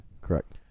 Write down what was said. Correct